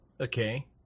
okay